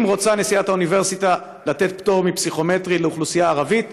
אם רוצה נשיאת האוניברסיטה לתת פטור מפסיכומטרי לאוכלוסייה הערבית,